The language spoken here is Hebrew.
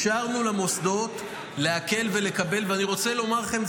אפשרנו למוסדות להקל ולקבל אני רוצה לומר לכם,